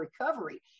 recovery